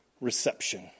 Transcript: reception